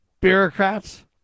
bureaucrats